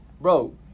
Bro